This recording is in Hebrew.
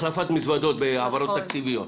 החלפת מזוודות בהעברות תקציביות.